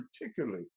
particularly